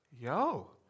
yo